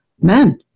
men